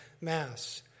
mass